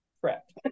Correct